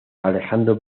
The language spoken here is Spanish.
alejandro